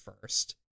first